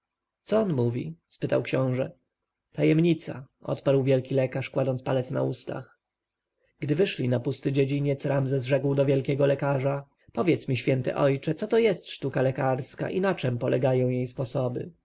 co on mówi spytał książę tajemnica odparł wielki lekarz kładąc palec na ustach gdy wyszli na pusty dziedziniec ramzes rzekł do wielkiego lekarza powiedz mi święty ojcze co to jest sztuka lekarska i na czem polegają jej sposoby